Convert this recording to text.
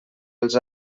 els